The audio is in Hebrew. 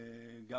לנושא הזה.